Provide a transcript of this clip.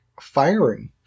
firing